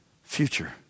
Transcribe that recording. Future